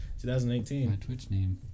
2018